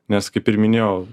nes kaip ir minėjau